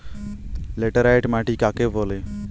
Laterite মাটি কাকে বলে?